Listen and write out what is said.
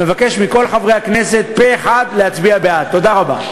ואני מבקש מכל חברי הכנסת להצביע בעד פה-אחד.